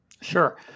sure